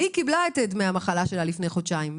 והיא קיבלה את דמי המחלה שלה לפני חודשיים,